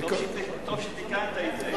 טוב שתיקנת את זה.